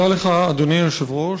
אדוני היושב-ראש,